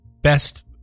best